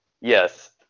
yes